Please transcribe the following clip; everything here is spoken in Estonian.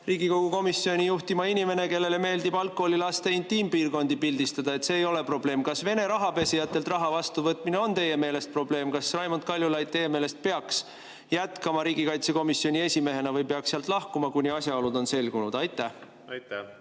Riigikogu komisjoni juhtima inimene, kellele meeldib algkoolilaste intiimpiirkondi pildistada, et see ei ole probleem. Kas Vene rahapesijatelt raha vastuvõtmine on teie meelest probleem? Kas Raimond Kaljulaid teie meelest peaks jätkama riigikaitsekomisjoni esimehena või peaks sealt lahkuma, kuni asjaolud on selgunud? Enne